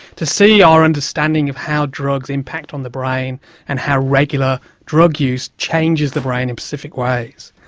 to see our understanding of how drugs impact on the brain and how regular drug use changes the brain in specific ways.